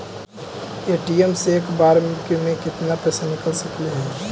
ATM से एक बार मे केतना पैसा निकल सकले हे?